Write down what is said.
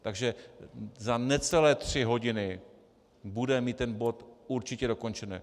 Takže za necelé tři hodiny budeme mít ten bod určitě dokončený.